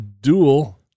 dual